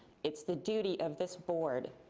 it's the duty of this board